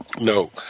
No